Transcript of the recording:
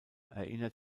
erinnert